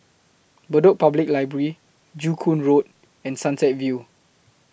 Bedok Public Library Joo Koon Road and Sunset View